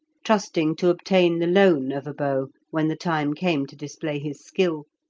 trusting to obtain the loan of a bow when the time came to display his skill,